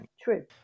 true